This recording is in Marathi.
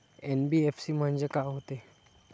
एन.बी.एफ.सी म्हणजे का होते?